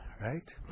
right